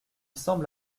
semble